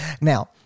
Now